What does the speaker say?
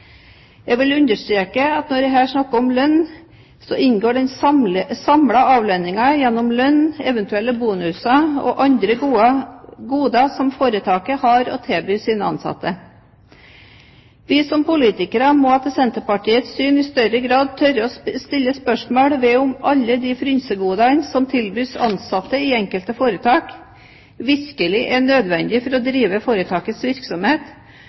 Jeg vil understreke at når jeg her snakker om lønn, så inngår den samlede avlønningen gjennom lønn, eventuelle bonuser og andre goder som foretakene har å tilby sine ansatte. Vi som politikere må etter Senterpartiets syn i større grad tørre å stille spørsmål ved om alle de frynsegodene som tilbys ansatte i enkelte foretak, virkelig er nødvendige for å drive foretakets virksomhet